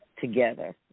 together